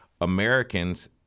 Americans